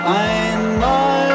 einmal